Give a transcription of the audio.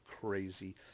crazy